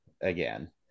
again